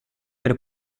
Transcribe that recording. per